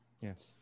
yes